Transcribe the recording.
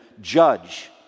judge